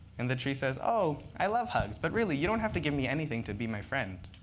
and the tree says, oh, i love hugs. but really, you don't have to give me anything to be my friend.